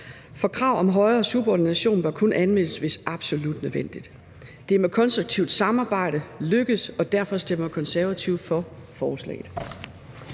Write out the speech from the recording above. For krav om højere subordination bør kun anvendes, hvis det er absolut nødvendigt. Det er med konstruktivt samarbejde lykkedes, og derfor stemmer Konservative for forslaget.